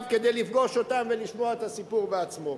כדי לפגוש אותם ולשמוע את הסיפור בעצמו.